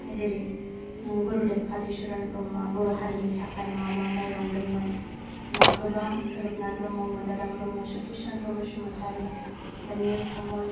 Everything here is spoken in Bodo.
जेरै गुरुदेब कालिचरण ब्रह्मआ बर' हारिनि थाखाय मा मा मावलांदोंमोन बा गोबां रुपनाथ ब्रह्म मदाराम ब्रह्म सतिश चन्द्र बसुमतारी बा निलकमल